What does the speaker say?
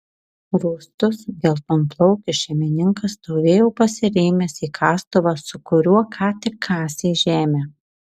rūstus geltonplaukis šeimininkas stovėjo pasirėmęs į kastuvą su kuriuo ką tik kasė žemę